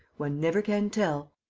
one never can tell.